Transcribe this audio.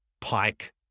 Pike